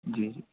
جی جی